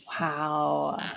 Wow